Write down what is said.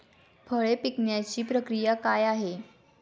फळे पिकण्याची प्रक्रिया काय आहे?